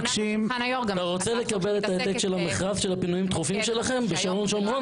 אתה רוצה לקבל ההעתק מהמכרז של הפינויים הדחופים שלכם בשרון ובשומרון?